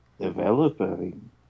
Developing